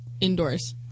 indoors